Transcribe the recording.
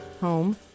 home